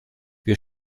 wir